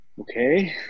Okay